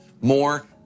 more